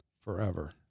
forever